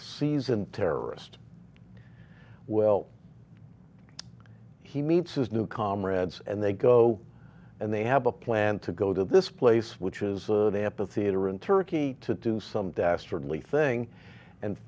seasoned terrorist well he meets his new comrades and they go and they have a plan to go to this place which is an ampitheater in turkey to do some dastardly thing and